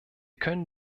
können